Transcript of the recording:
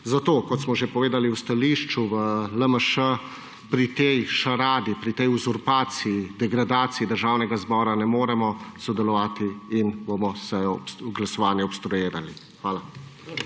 Zato, kot smo že povedali v stališču v LMŠ, pri tej šaragi, pri tej uzurpaciji, degradaciji Državnega zbora ne moremo sodelovati in bomo glasovanje obstruirali. Hvala.